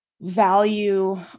value